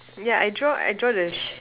yeah I draw I draw the sh~